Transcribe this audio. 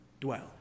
dwell